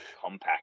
compact